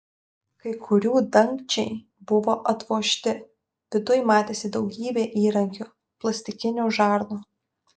kai kurių dangčiai buvo atvožti viduj matėsi daugybė įrankių plastikinių žarnų